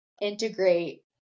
integrate